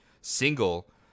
single